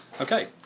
Okay